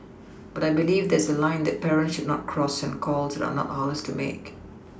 but I believe there is a line that parents should not cross and calls that are not ours to make